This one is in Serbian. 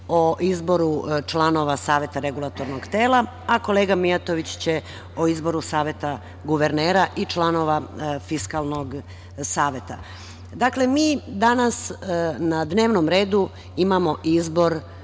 o izboru članova Saveta regulatornog tela, a kolega Mijatović će o izboru Saveta guvernera i članova Fiskalnog saveta. Dakle, mi danas na dnevnom redu imamo izbor